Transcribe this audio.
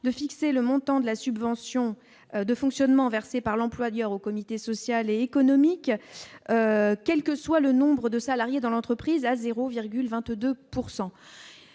de fixer le montant de la subvention de fonctionnement versée par l'employeur au comité social et économique, quel que soit le nombre de salariés dans l'entreprise à 0,22